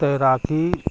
تیراکی